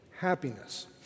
happiness